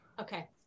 Okay